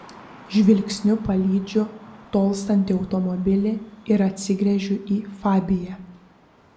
žvilgsniu palydžiu tolstantį automobilį ir atsigręžiu į fabiją